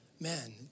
man